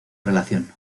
relación